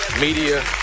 Media